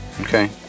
Okay